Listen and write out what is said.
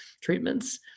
treatments